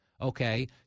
okay